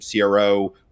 CRO